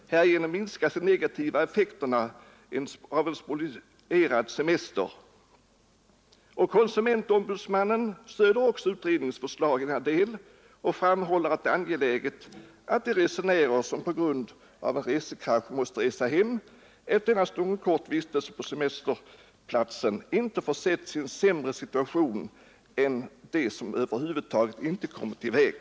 Härigenom minskas de negativa effekterna av en spolierad semester. Konsumentombudsmannen framhåller också att det är angeläget att de resenärer som på grund av en resekrasch måste resa hem efter endast en kort vistelse på semesterplatsen inte försätts i en sämre situation än de som över huvud taget inte kommit i väg.